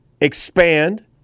Expand